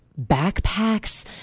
backpacks